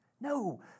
No